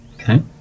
Okay